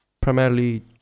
primarily